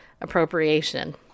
appropriation